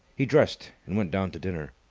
he dressed and went down to dinner.